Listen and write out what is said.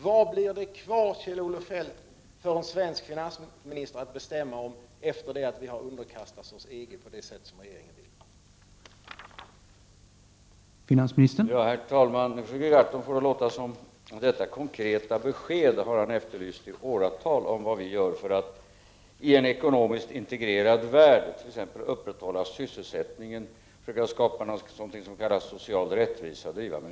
Vad blir kvar, Kjell-Olof Feldt, för en svensk finansminister att bestämma om efter det att vi har underkastat oss EG på det sätt som regeringen vill?